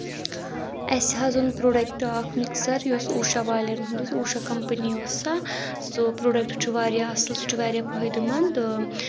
اَسہِ حظ اوٚن پروڈَکٹہٕ اکھ مِکسر یُس اوٗشا والؠن ہُنٛد اوٗشا کَمپٔنی اوس سا سُہ پروڈَکٹہٕ چھُ واریاہ اَصٕل سُہ چھُ واریاہ فٲیدٕ مَنٛد تہٕ